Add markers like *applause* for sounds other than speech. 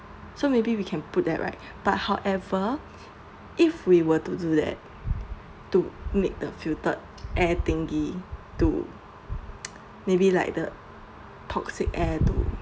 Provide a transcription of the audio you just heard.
so maybe we can put that right *breath* but however if we were to do that to make the filtered air thingy to *noise* maybe like the toxic air to